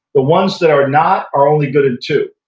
the ones that are not are only good in two,